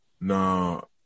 No